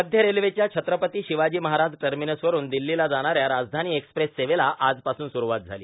मध्य रेल्वेच्या छत्रपती शिवाजी महाराज टर्मिनसवरून दिल्लीला जाणाऱ्या राजधानी एक्स्प्रेस सेवेला आजपासून सुरूवात झाली